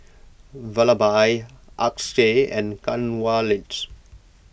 Vallabhbhai Akshay and Kanwaljit